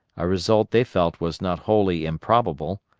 a result they felt was not wholly improbable,